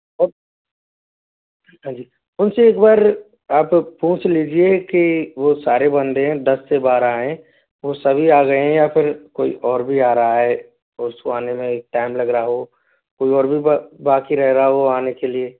और हाँ जी उनसे एक बार आप पूछ लीजिए की वो सारे बंदे दस से बारह आएँ वो सभी आ गए हैं या फिर कोई और भी आ रहा है उसको आने में एक टाइम लग रहा हो कोई और भी बाकि रहेगा हो आने के लिए